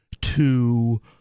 to-